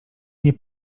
nie